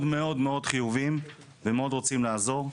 מאוד מאוד חיוביים ומאוד רוצים לעזור,